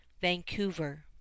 Vancouver